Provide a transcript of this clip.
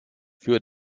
für